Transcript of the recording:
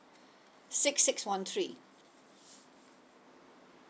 six six one three